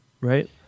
right